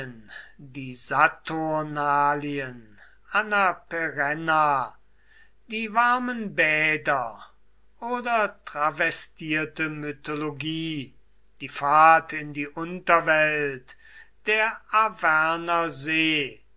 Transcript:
die saturnalien anna perenna die warmen bäder oder travestierte mythologie die fahrt in die unterwelt der